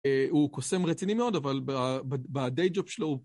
הוא קוסם רציני מאוד, אבל ב day job שלו הוא...